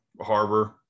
Harbor